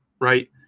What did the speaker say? right